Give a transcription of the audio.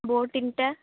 board ତିନିଟା